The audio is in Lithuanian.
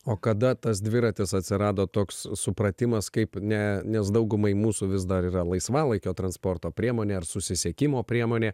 o kada tas dviratis atsirado toks supratimas kaip ne nes daugumai mūsų vis dar yra laisvalaikio transporto priemonė ar susisiekimo priemonė